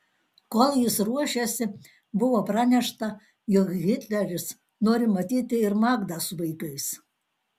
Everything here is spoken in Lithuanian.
kol jis ruošėsi buvo pranešta jog hitleris nori matyti ir magdą su vaikais